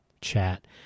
chat